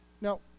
Now